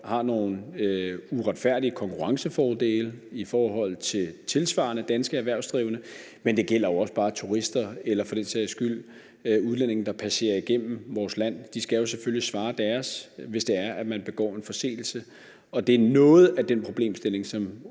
har nogle uretfærdige konkurrencefordele i forhold til tilsvarende danske erhvervsdrivende. Men det gælder jo også bare turister eller for den sags skyld udlændinge, der passerer igennem vores land. De skal jo selvfølgelig svare deres, hvis de begår en forseelse. Det er noget af den problemstilling, som